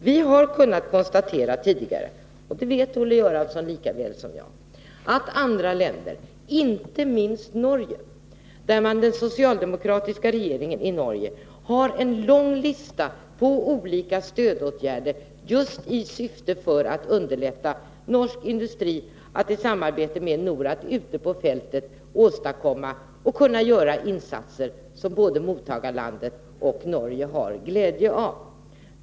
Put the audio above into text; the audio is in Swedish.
Vi har tidigare kunnat konstatera — det vet Olle Göransson lika väl som jag —att man i andra länder, inte minst i det socialdemokratiskt styrda Norge, har långa listor på stödåtgärder i syfte att underlätta för den egna industrin att ute på fältet kunna göra insatser som både mottagarlandet och det egna landet har glädje av.